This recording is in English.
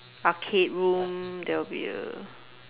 arcade room there will be a